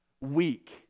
weak